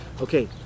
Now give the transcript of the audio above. Okay